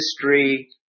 history